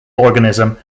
organism